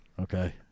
Okay